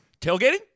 Tailgating